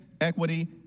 equity